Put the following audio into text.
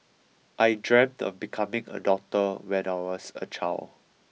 I dreamt of becoming a doctor when I was a child